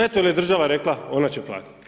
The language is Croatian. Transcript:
Eto jer je država rekla, ona će platiti.